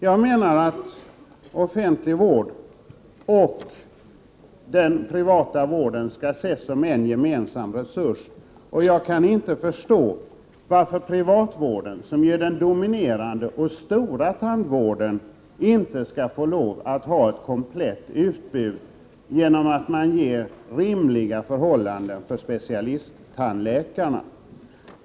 Jag menar att offentlig vård och privat vård skall ses som en gemensam resurs. Jag kan inte förstå varför privatvården, som är den dominerande och stora tandvården, inte skall få lov att ha ett komplett utbud, genom att man medger rimliga förhållanden för specialisttandläkarna.